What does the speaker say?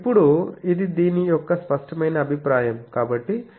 ఇప్పుడు ఇది దీని యొక్క స్పష్టమైన అభిప్రాయం